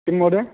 किं महोदय